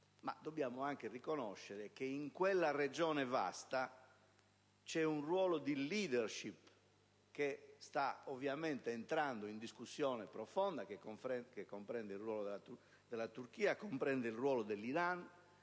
Dobbiamo, però, riconoscere che in quella vasta regione vi è un ruolo di *leadership* che sta entrando in discussione profonda, e che comprende il ruolo della Turchia e quello dell'Iran.